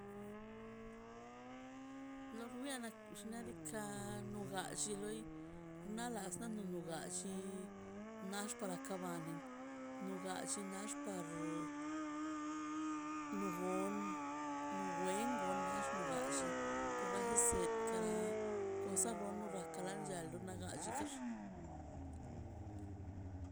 Lor wia xnaꞌ diikaꞌ nugall naꞌ las nunugall nax para kabanin no galli nox par no goon no wen goon nax no galli to reje set kara cosa rron rrakala nchlla ḻu naga llikex.